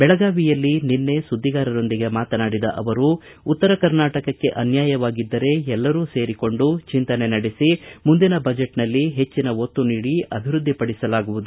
ಬೆಳಗಾವಿಯಲ್ಲಿ ನಿನ್ನೆ ಸುದ್ದಿಗಾರರೊಂದಿಗೆ ಮಾತನಾಡಿದ ಅವರು ಉತ್ತರ ಕರ್ನಾಟಕಕ್ಕೆ ಅನ್ಯಾಯವಾಗಿದ್ದರೆ ಎಲ್ಲರೂ ಸೇರಿಕೊಂಡು ಚಿಂತನೆ ನಡೆಸಿ ಮುಂದಿನ ಬಜೆಚ್ ನಲ್ಲಿ ಹೆಚ್ಚನ ಒತ್ತು ನೀಡಿ ಅಭಿವೃದ್ದಿ ಪಡಿಸಲಾಗುವುದು